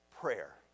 prayer